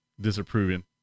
disapproving